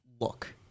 look